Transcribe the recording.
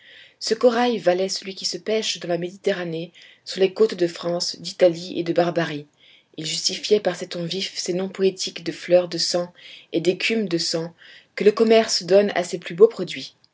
ce corail valait celui qui se pêche dans la méditerranée sur les côtes de france d'italie et de barbarie il justifiait par ses tons vifs ces noms poétiques de fleur de sang et d'écume de sang que le commerce donne à ses plus beaux produits